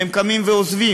והם קמים ועוזבים,